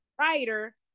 writer